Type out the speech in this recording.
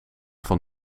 van